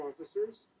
officers